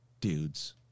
dudes